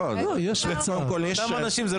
זה אותם אנשים.